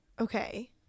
Okay